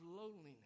loneliness